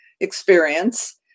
experience